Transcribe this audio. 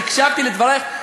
הקשבתי לדברייך.